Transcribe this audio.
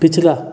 पिछला